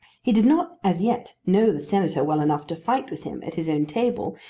he did not as yet know the senator well enough to fight with him at his own table,